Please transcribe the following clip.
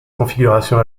configuration